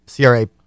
CRA